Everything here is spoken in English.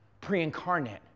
pre-incarnate